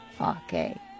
Okay